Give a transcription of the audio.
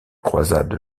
croisade